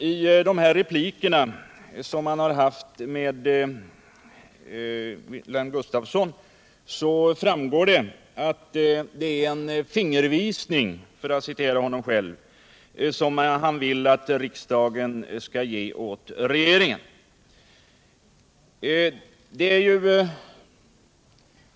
Av de repliker Olle Östrand haft med Wilhelm Gustafsson framgår det att han vill att riksdagen skall ge regeringen en — som han själv uttryckte det — fingervisning.